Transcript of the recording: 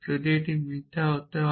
যদি এটি মিথ্যা হতে হয়